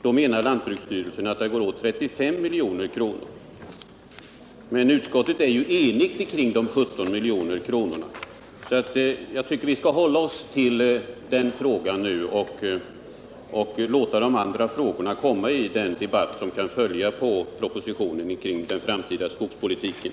skulle det enligt lantbruksstyrelsens beräkning krävas 35 milj.kr. Utskottet är emellertid enigt om dessa 17 milj.kr. Jag tycker därför att vi nu bör hålla oss till den frågan och ta upp övriga frågor i den debatt som kan föranledas av propositionen om den framtida skogspolitiken.